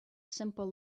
simple